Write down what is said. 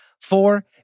Four